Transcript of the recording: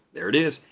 there it is,